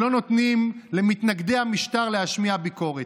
שלא נותנים למתנגדי המשטר להשמיע ביקורת.